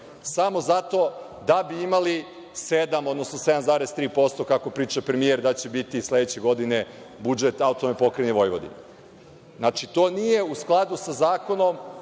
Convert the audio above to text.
samo zato da bi imali 7% odnosno 7,3% kako priča premijer da će biti sledeće godine budžet AP Vojvodine. Znači, to nije u skladu sa Zakonom